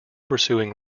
pursuing